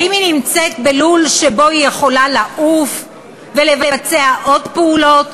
האם היא נמצאת בלול שבו היא יכולה לעוף ולבצע עוד פעולות,